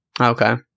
Okay